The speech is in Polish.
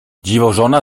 dziwożona